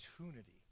opportunity